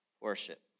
Worship